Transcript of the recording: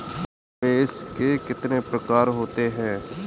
निवेश के कितने प्रकार होते हैं?